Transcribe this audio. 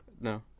no